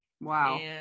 Wow